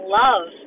love